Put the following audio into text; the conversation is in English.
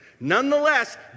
Nonetheless